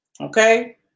Okay